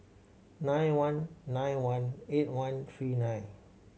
nine one nine one eight one three nine